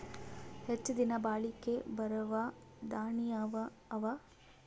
ಹೆಚ್ಚ ದಿನಾ ಬಾಳಿಕೆ ಬರಾವ ದಾಣಿಯಾವ ಅವಾ?